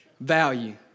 Value